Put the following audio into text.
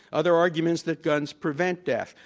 other arguments that guns prevent death,